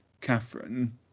Catherine